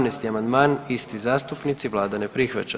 17. amandman, isti zastupnici, Vlada ne prihvaća.